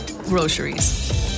groceries